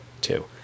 two